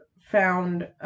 found